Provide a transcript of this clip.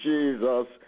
Jesus